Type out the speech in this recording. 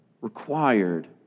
required